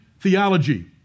theology